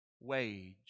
wage